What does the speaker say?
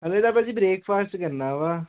ਅਸੀਂ ਤਾਂ ਭਾਅ ਜੀ ਬ੍ਰੇਕਫਾਸਟ ਕਰਨਾ ਵਾ